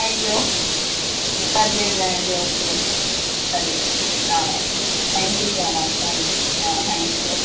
అయ్యో పర్లేదులేండి ఓకే పర్లేదు thank you so much thank you thank you